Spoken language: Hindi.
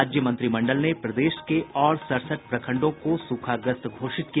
राज्य मंत्रिमंडल ने प्रदेश के और सड़सठ प्रखंडों को सूखाग्रस्त घोषित किया